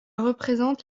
représente